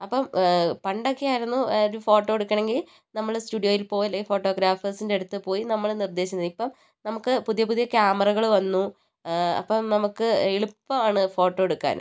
അപ്പം പണ്ടൊക്കെ ആയിരുന്നു ഒരു ഫോട്ടോ എടുക്കണമെങ്കിൽ നമ്മൾ സ്റ്റുഡിയോയിൽ പോകണം അല്ലെങ്കിൽ ഫോട്ടോഗ്രാഫേസിന്റെ അടുത്ത് പോയി നമ്മൾ നിർദ്ദേശിച്ചത് ഇപ്പം നമുക്ക് പുതിയ പുതിയ ക്യാമറകൾ വന്നു അപ്പം നമുക്ക് എളുപ്പമാണ് ഫോട്ടോ എടുക്കാൻ